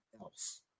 else